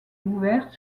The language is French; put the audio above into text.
ouverts